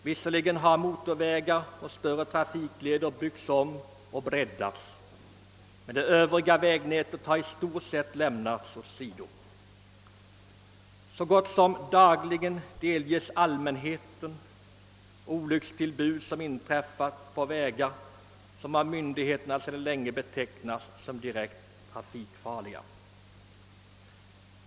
Visserligen har motorvägar och större trafikleder byggts om och breddats, men det övriga vägnätet har i stort sett lämnats åsido. Så gott som dagligen delges allmänheten olyckstillbud som inträffar på vägar vilka av myndigheterna sedan länge betecknats som direkt trafikfarliga.